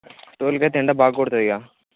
ట్వల్వ్కు అయితే ఎండ బాగా కొడుతుంది ఇక